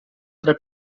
tre